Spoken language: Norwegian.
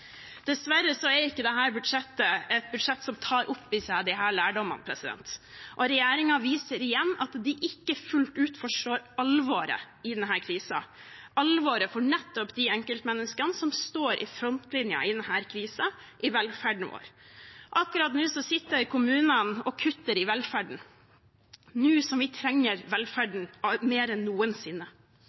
er ikke dette budsjettet et budsjett som tar opp i seg disse lærdommene, og regjeringen viser igjen at den ikke fullt ut forstår alvoret i denne krisen, alvoret for nettopp de enkeltmenneskene som står i frontlinjen i denne krisen i velferden vår. Akkurat nå sitter kommunene og kutter i velferden, nå som vi trenger velferden mer enn noensinne.